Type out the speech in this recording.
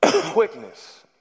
Quickness